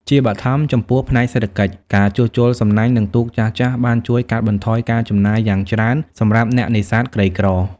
ជាបឋម ចំពោះ ផ្នែកសេដ្ឋកិច្ច ការជួសជុលសំណាញ់និងទូកចាស់ៗបានជួយកាត់បន្ថយការចំណាយយ៉ាងច្រើនសម្រាប់អ្នកនេសាទក្រីក្រ។